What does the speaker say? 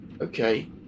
Okay